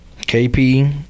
KP